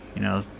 you know,